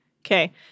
Okay